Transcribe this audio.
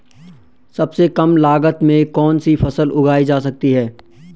सबसे कम लागत में कौन सी फसल उगाई जा सकती है